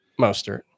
Mostert